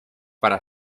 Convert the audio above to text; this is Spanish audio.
para